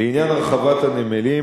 לעניין הרחבת הנמלים,